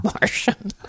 Martian